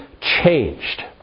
changed